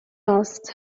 asks